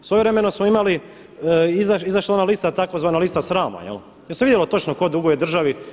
Svojevremeno smo imali, izašla je ona lista, tzv. lista srama gdje se vidjelo točno tko duguje državi.